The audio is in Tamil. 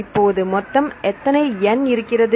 இப்போது மொத்தம் எத்தனை எண் இருக்கிறது